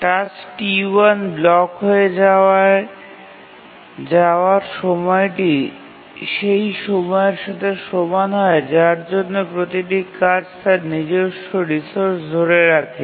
task T1 block হয়ে যাওয়ার সময়টি সেই সময়ের সাথে সমান হয় যার জন্য প্রতিটি কাজ তার নিজস্ব রিসোর্স ধরে রাখে